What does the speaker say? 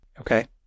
Okay